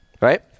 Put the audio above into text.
right